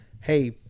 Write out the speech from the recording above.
hey